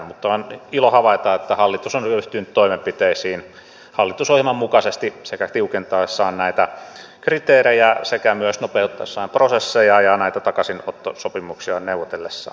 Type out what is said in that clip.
mutta on ilo havaita että hallitus on ryhtynyt toimenpiteisiin hallitusohjelman mukaisesti sekä tiukentaessaan näitä kriteereitä että myös nopeuttaessaan prosesseja ja näitä takaisinottosopimuksia neuvotellessaan